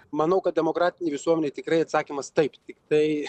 manau kad demokratinėj visuomenėj tikrai atsakymas taip tiktai